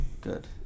Good